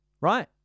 right